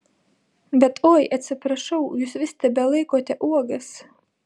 bet oi atsiprašau jūs vis tebelaikote uogas